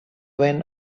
when